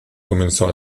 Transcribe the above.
comenzó